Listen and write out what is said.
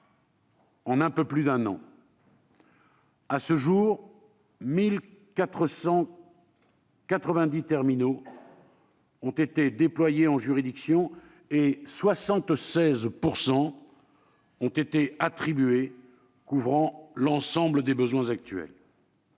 en un peu plus d'un an. À ce jour, 1 490 terminaux ont été déployés en juridiction et 76 % ont été attribués, ce qui couvre l'ensemble des besoins actuels.